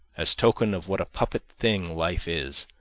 as token of what a puppet thing life is,